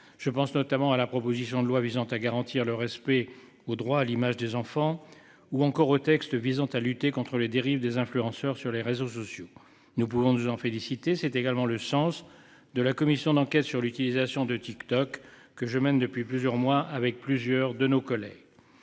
Je pense notamment à la proposition de loi visant à garantir le respect au droit à l'image des enfants ou encore au texte visant à lutter contre les dérive des influenceurs sur les réseaux sociaux. Nous pouvons nous en féliciter, c'est également le sens de la commission d'enquête sur l'utilisation de TikTok que je mène depuis plusieurs mois avec plusieurs de nos collègues.